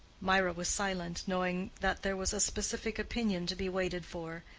mirah was silent, knowing that there was a specific opinion to be waited for,